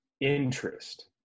interest